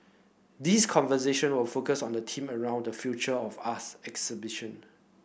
these conversation will focus on the theme around the Future of us exhibition